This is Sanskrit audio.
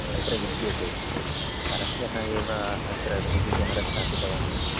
अत्र विद्यते परह्यः एव अत्र सि सि केमेरा स्थापितवान् एवं